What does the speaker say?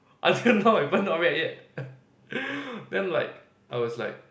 until now everyone not wrecked yet then like I was like